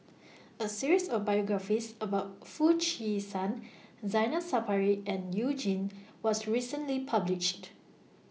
A series of biographies about Foo Chee San Zainal Sapari and YOU Jin was recently published